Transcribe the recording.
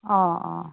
অঁ অঁ